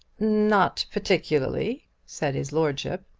not particularly, said his lordship.